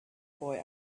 boy